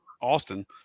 Austin